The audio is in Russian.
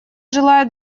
желает